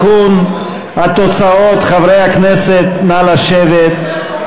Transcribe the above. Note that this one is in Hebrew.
התוצאות, חברי הכנסת, נא לשבת.